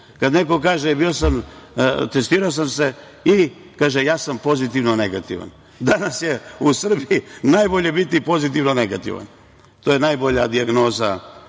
kaže – testirao sam se. I? Ja sam pozitivno negativan. Danas je u Srbiji najbolje biti pozitivno negativan. To je najbolja dijagnoza